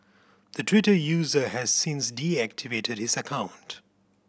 the Twitter user has since deactivated his account